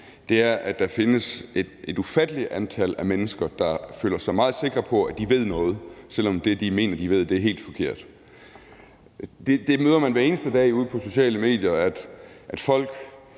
er det, at der findes et ufattelig antal mennesker, der føler sig meget sikre på, at de ved noget, selv om det, de mener de ved, er helt forkert. Det møder man hver eneste dag ude på sociale medier. Folk